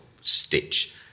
stitch